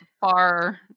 far